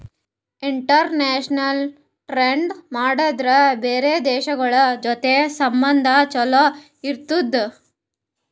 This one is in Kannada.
ಇಂಟರ್ನ್ಯಾಷನಲ್ ಟ್ರೇಡ್ ಮಾಡುರ್ ಬ್ಯಾರೆ ದೇಶಗೋಳ್ ಜೊತಿ ಸಂಬಂಧ ಛಲೋ ಇರ್ತುದ್